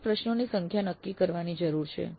કુલ પ્રશ્નોની સંખ્યા નક્કી કરવાની જરૂર છે